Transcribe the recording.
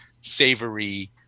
savory